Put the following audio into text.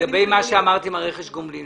לגבי מה שאמרת עם רכש הגומלין.